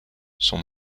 son